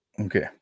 okay